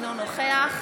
אינו נוכח